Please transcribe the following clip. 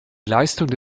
leistungen